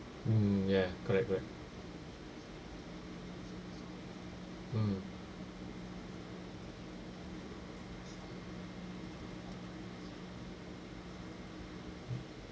mm ya correct correct mm